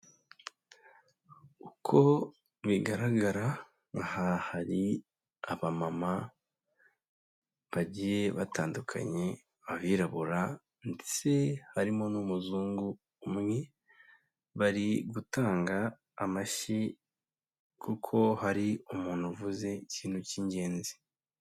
Uko bigaragara, aha hari abamama bagiye batandukanye abirabura ndetse harimo n'umuzungu umwe, bari gutanga amashyi kuko hari umuntu uvuze ikintu cy'ingenzi.